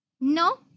No